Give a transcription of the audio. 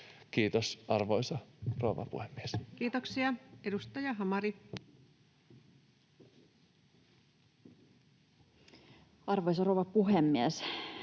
Kiitos, arvoisa rouva puhemies. Kiitoksia. — Edustaja Hamari. Arvoisa rouva puhemies!